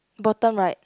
bottom right